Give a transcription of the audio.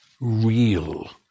real